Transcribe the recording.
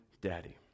Daddy